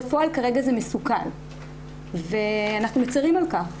בפועל כרגע זה מסוכל ואנחנו מצרים על כך.